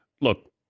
Look